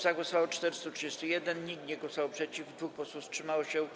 Za głosowało 431, nikt nie głosował przeciw, 2 posłów wstrzymało się.